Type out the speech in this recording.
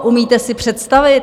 Umíte si představit...